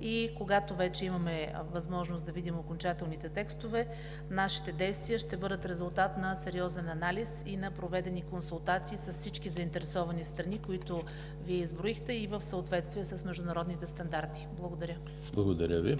и когато вече имаме възможност да видим окончателните текстове, нашите действия ще бъдат резултат на сериозен анализ и на проведени консултации с всички заинтересовани страни, които Вие изброихте, и в съответствие с международните стандарти. Благодаря. ПРЕДСЕДАТЕЛ ЕМИЛ ХРИСТОВ: Благодаря Ви.